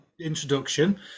introduction